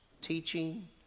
Teaching